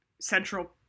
central